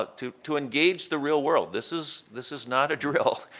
ah to to engage the real world. this is this is not a drill,